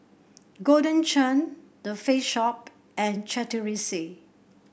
Golden Churn The Face Shop and Chateraise